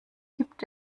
gibt